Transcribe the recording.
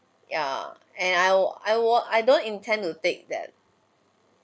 yeah and I I wa~ I don't intend to take that